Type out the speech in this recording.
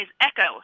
Echo